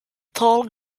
tall